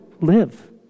live